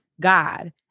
God